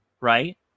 right